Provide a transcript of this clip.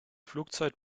flugzeit